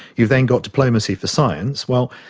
you've then got diplomacy for science. well,